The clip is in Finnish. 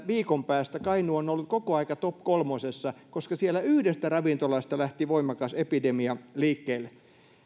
viikon päästä kainuu on ollut koko ajan top kolmosessa koska siellä yhdestä ravintolasta lähti voimakas epidemia liikkeelle